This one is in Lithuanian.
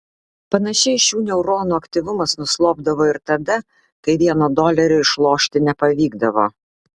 panašiai šių neuronų aktyvumas nuslopdavo ir tada kai vieno dolerio išlošti nepavykdavo